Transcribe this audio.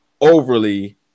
overly